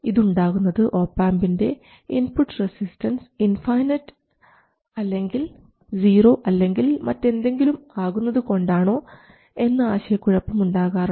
ഇതുണ്ടാകുന്നത് ഒപാംപിൻറെ input resistance infinite അല്ലെങ്കിൽ zero അല്ലെങ്കിൽ മറ്റെന്തെങ്കിലും ആകുന്നത് കൊണ്ടാണോ എന്ന ആശയക്കുഴപ്പം ഉണ്ടാകാറുണ്ട്